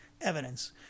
evidence